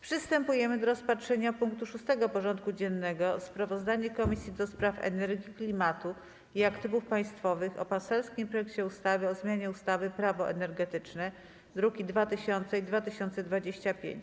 Przystępujemy do rozpatrzenia punktu 6. porządku dziennego: Sprawozdanie Komisji do Spraw Energii, Klimatu i Aktywów Państwowych o poselskim projekcie ustawy o zmianie ustawy - Prawo energetyczne (druki nr 2000 i 2025)